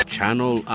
Channel